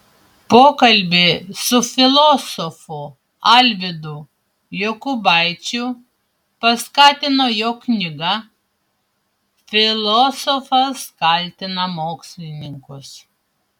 pokalbį su filosofu alvydu jokubaičiu paskatino jo knyga filosofas kaltina mokslininkus